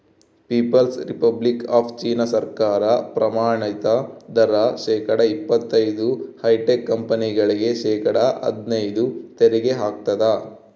people's republic of China ಸರ್ಕಾರ ಪ್ರಮಾಣಿತ ದರ ಶೇಕಡಾ ಇಪ್ಪತೈದು ಹೈಟೆಕ್ ಕಂಪನಿಗಳಿಗೆ ಶೇಕಡಾ ಹದ್ನೈದು ತೆರಿಗೆ ಹಾಕ್ತದ